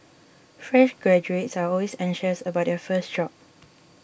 fresh graduates are always anxious about their first job